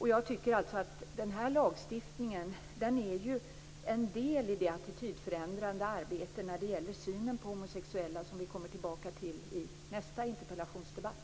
Jag tycker att lagstiftningen är en del i det attitydförändrande arbete när det gäller synen på homosexuella som vi kommer tillbaka till i nästa interpellationsdebatt.